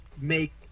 make